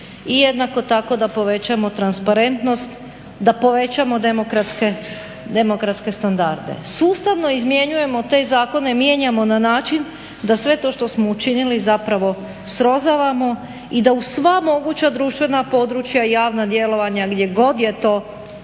i jednako tako da povećamo transparentnost da povećamo demokratske standarde. Sustavno izmjenjujemo te zakone, mijenjamo na način da sve to što smo učinili zapravo srozavamo i da uz sva moguća društvena područja javna djelovanja gdje god toga